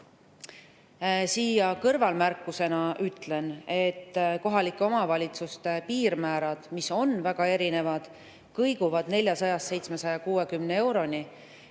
Kõrvalmärkusena ütlen, et kohalike omavalitsuste piirmäärad, mis on väga erinevad, kõiguvad 400 eurost